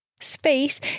Space